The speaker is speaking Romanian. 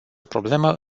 problemă